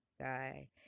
guy